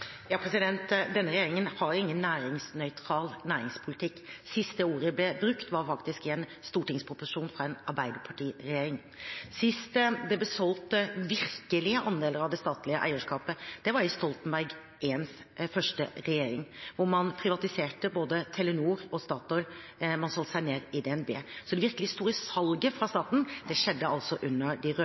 Denne regjeringen har ingen næringsnøytral næringspolitikk. Sist det ordet ble brukt, var faktisk i en stortingsproposisjon fra en arbeiderpartiregjering. Sist det virkelig ble solgt andeler av det statlige eierskapet, var i Stoltenberg I-regjeringen, og man privatiserte både Telenor og Statoil, og man solgte seg ned i DNB. Så det virkelig store salget fra staten skjedde altså under de